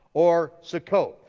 or succoth.